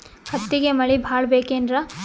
ಹತ್ತಿಗೆ ಮಳಿ ಭಾಳ ಬೇಕೆನ್ರ?